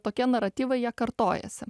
tokie naratyvai jie kartojasi